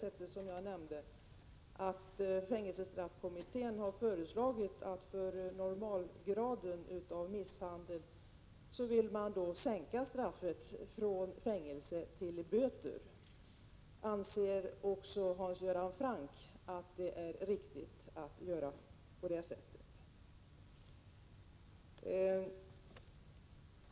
Såsom jag nämnde har fängelsestraffkommittén föreslagit att straffet för normalgraden av misshandel skall sänkas från fängelse till böter. Anser också Hans Göran Franck att det är riktigt att göra på det sättet?